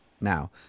now